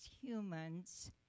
humans